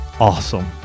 awesome